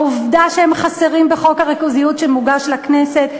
העובדה שהם חסרים בחוק הריכוזיות שמוגש לכנסת,